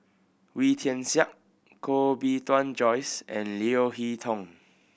Wee Tian Siak Koh Bee Tuan Joyce and Leo Hee Tong